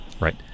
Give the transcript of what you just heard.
Right